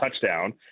touchdown